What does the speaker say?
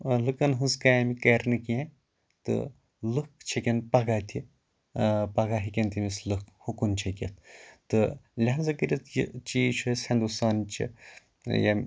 لُکَن ہِنٛز کامہِ کَرِ نہٕ کیٚنٛہہ تہٕ لُکھ چھکن پَگاہ تہِ پگاہ ہیکن تٔمِس لُکھ ہُکُن چھکِتھ تہٕ لِحاظہ کٔرِتھ یہِ چیٖز چھُ اسۍ ہِنٛدُستان چہِ